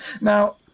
Now